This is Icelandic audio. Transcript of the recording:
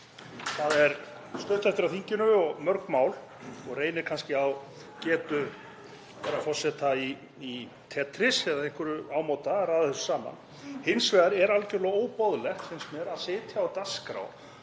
það er stutt eftir af þinginu og mörg mál og reynir kannski á getu herra forseta í tetris eða einhverju ámóta að raða þessu saman. Hins vegar er algjörlega óboðlegt, finnst mér, að setja á dagskrá